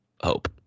Hope